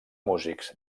músics